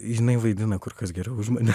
jinai vaidina kur kas geriau už mane